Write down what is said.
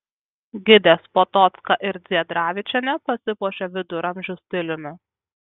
gidės potocka ir dziedravičienė pasipuošė viduramžių stiliumi